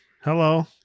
Hello